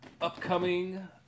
upcoming